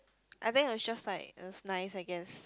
I think it was just like it was nice I guess